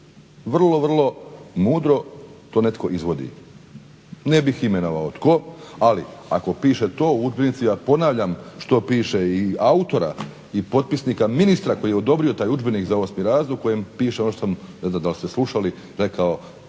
Vrlo, vrlo mudro to netko izvodi. Ne bih imenovao tko ali ako piše to u udžbenicima i ponavljam što piše autora i potpisnika ministra koji je odobrio taj udžbenik za 8. razred u kojem piše ne znam da li ste slušali rekao